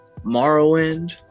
Morrowind